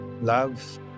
love